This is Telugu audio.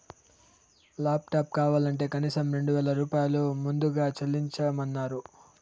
లాప్టాప్ కావాలంటే కనీసం రెండు వేల రూపాయలు ముందుగా చెల్లించమన్నరు